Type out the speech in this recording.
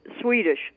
swedish